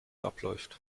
abläuft